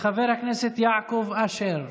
חבר הכנסת יעקב אשר.